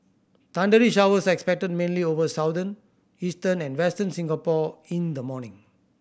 thundery showers are expected mainly over Southern Eastern and Western Singapore in the morning